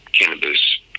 cannabis